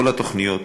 כל התוכניות,